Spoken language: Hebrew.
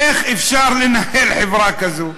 איך אפשר לנהל חברה כזו?